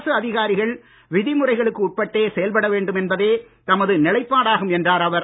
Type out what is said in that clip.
அரசு அதிகாரிகள் விதி முறைகளுக்கு உட்பட்டே செயல்பட வேண்டும் என்பதே தமது நிலைப்பாடாகும் என்றார் அவர்